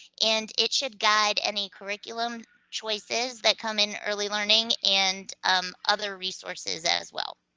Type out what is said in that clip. and it should guide any curriculum choices that come in early learning, and um other resources as well.